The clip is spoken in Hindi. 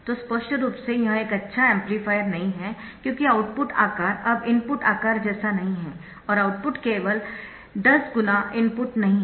तो स्पष्ट रूप से यह एक अच्छा एम्पलीफायर नहीं है क्योंकि आउटपुट आकार अब इनपुट आकार जैसा नहीं है और आउटपुट केवल 10 गुना इनपुट नहीं है